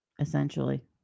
essentially